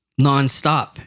nonstop